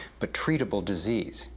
but treatable disease,